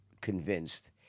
convinced